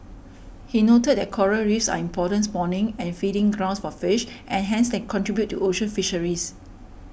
he noted that coral Reefs are important spawning and feeding grounds for fish and hence they contribute to ocean fisheries